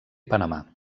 panamà